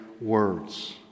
words